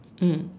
mm